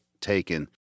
taken